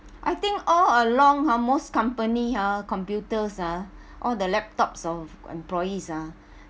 I think all along ha most company ha computers ah all the laptops of employees ah